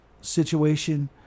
situation